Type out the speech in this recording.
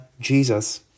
Jesus